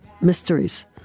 Mysteries